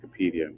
Wikipedia